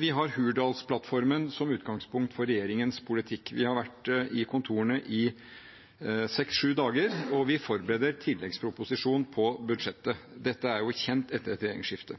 Vi har Hurdalsplattformen som utgangspunkt for regjeringens politikk. Vi har vært i kontorene i seks–sju dager, og vi forbereder tilleggsproposisjon til budsjettet.